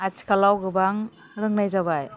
आथिखालाव गोबां रोंनाय जाबाय